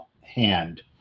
hand